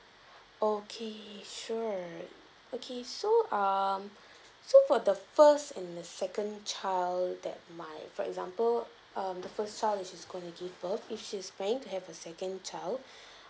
okay sure okay so um so for the first and the second child that my for example um the first child which is going to give birth which she's planning to have a second child